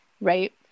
right